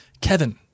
Kevin